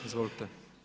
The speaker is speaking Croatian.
Izvolite.